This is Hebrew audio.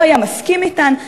לא היה מסכים אתן,